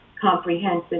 comprehensive